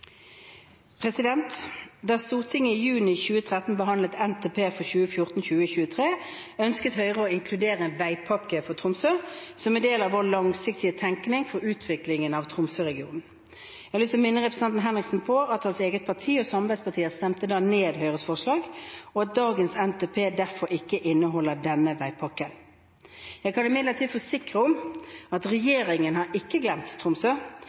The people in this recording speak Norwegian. Tromsøregionen?» Da Stortinget i juni 2013 behandlet Nasjonal transportplan for 2014–2023, ønsket Høyre å inkludere en veipakke for Tromsø som en del av vår langsiktige tenkning for utvikling av Tromsø-regionen. Jeg har lyst til å minne representanten Henriksen på at hans eget parti og samarbeidspartier stemte ned Høyres forslag, og at dagens NTP derfor ikke inneholder denne veipakken. Jeg kan imidlertid forsikre om at regjeringen ikke har glemt Tromsø